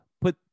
put